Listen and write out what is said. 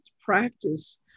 practice